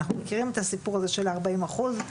אנחנו מכירים את הסיפור הזה של הארבעים אחוז,